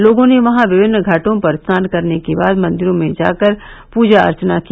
लोगों ने वहां विभिन्न घाटों पर स्नान करने के बाद मंदिरों में जाकर प्रजा अर्चना की